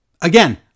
Again